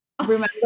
Remember